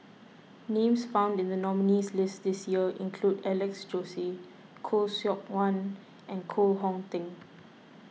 names found in the nominees' list this year include Alex Josey Khoo Seok Wan and Koh Hong Teng